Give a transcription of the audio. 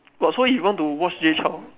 but so you want to watch Jay Chou